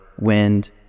wind